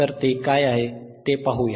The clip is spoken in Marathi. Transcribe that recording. तर ते काय आहे ते पाहूया